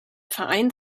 verein